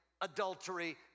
adultery